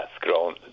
grown